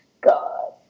God